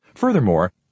Furthermore